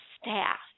staff